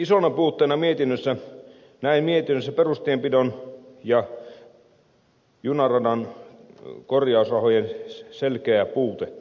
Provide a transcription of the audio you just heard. isona puutteena näen mietinnössä perustienpidon ja junaradan korjausrahojen selkeän puutteen